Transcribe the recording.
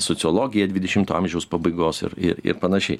sociologija dvidešimto amžiaus pabaigos ir ir panašiai